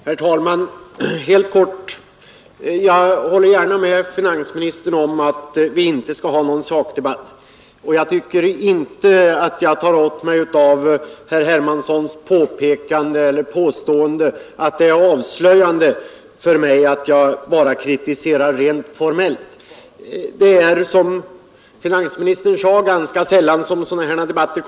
Herr talman! Jag håller gärna med finansministern om att vi inte skall ha någon sakdebatt, och jag tycker inte att jag behöver ta åt mig av herr Hermanssons påstående att det är avslöjande för mig att jag bara kritiserar rent formellt. Det är, som finansministern sade, ganska sällan vi för sådana här debatter.